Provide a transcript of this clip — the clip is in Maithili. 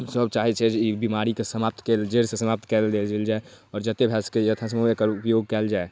सभ चाहै छै जे ई बेमारीके समाप्त कएल जाइ जड़िसँ समाप्त कऽ देल जाइ आओर जतेक भऽ सकैए यथासम्भव एकर उपयोग कएल जाइ